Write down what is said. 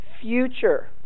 future